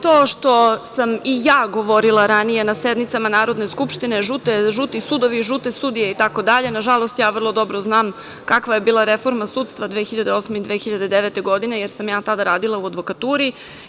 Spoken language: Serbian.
To što sam i ja govorila ranije na sednicama Narodne skupštine – žuti sudovi, žute sudije itd, nažalost, ja jako dobro znam kakva je bila reforma sudstva 2008. i 2009. godine, jer sam ja tada radila u advokaturi.